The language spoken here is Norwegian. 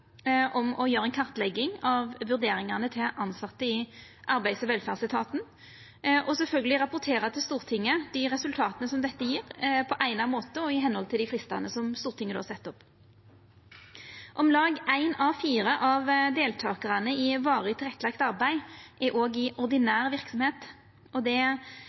kartlegging av vurderingane til tilsette i arbeids- og velferdsetaten og sjølvsagt rapportera til Stortinget om resultata dette gjev, på eigna måte og i medhald av fristane Stortinget set opp. Om lag éin av fire av deltakarane i varig tilrettelagt arbeid er òg i ordinær verksemd, og